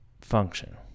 function